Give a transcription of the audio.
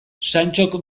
santxok